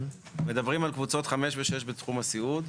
מדברים על קבוצות חמש ושש בתחום הסיעוד,